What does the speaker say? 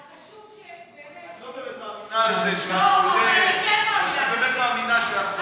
את לא באמת מאמינה שהוא היה חולה.